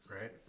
right